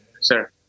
sir